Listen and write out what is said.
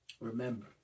Remember